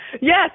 Yes